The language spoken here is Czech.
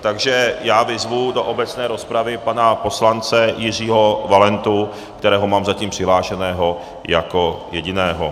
Takže já vyzvu do obecné rozpravy pana poslance Jiřího Valentu, kterého mám zatím přihlášeného jako jediného.